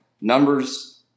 numbers